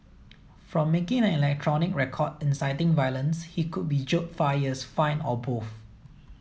for making an electronic record inciting violence he could be jailed five years fined or both